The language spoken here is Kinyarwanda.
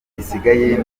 gisigaye